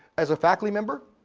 as a faculty member,